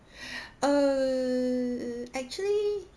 err actually